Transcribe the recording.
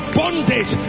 bondage